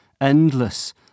endless